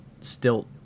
stilt